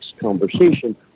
conversation